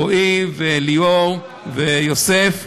רועי, ליאור ויוסף.